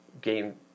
game